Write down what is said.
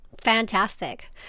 Fantastic